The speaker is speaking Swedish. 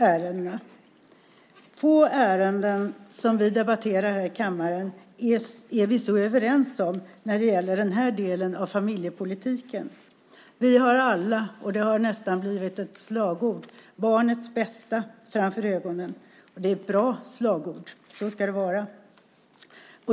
Det är få ärenden som vi debatterar här i kammaren som vi är så överens som om när det gäller den här delen av familjepolitiken. Vi har alla, vilket nästan har blivit slagord, barnets bästa för ögonen. Det är bra slagord - så ska det vara!